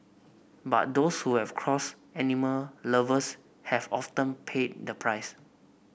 but those who have crossed animal lovers have often paid the price